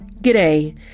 G'day